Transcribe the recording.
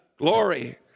Glory